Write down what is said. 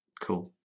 Cool